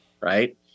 Right